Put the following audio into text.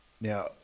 Now